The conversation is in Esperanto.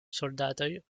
soldatoj